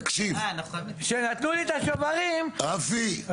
כשנתנו לי את השוברים --- רפי,